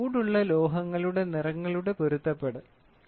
നല്ല ചൂടുള്ള ലോഹങ്ങളുടെ നിറങ്ങളുടെ പൊരുത്തപ്പെടുത്തൽ